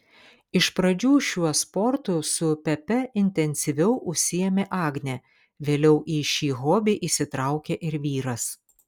iš pradžių šiuo sportu su pepe intensyviau užsiėmė agnė vėliau į šį hobį įsitraukė ir vyras